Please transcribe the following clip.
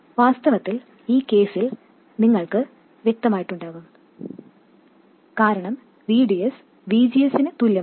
വാസ്തവത്തിൽ ഈ കേസിൽ അത് നിങ്ങൾക്ക് വ്യക്തമായിട്ടുണ്ടാകും കാരണം VDS VGS നു തുല്യമാണ്